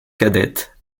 cadette